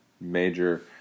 major